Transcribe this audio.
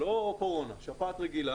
לא קורונה אלא שפעת רגילה,